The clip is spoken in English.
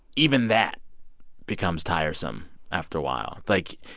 even that becomes tiresome after a while. like,